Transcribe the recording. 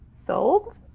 Sold